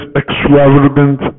extravagant